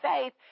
faith